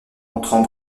entrant